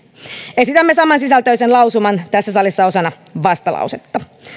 esitämme samansisältöisen lausuman tässä salissa osana vastalausetta